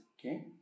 okay